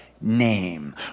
name